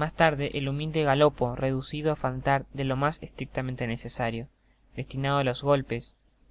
mas tarde el humilde galopo reducido á faltar de lo mas estrictamente necesario destinado á los golpes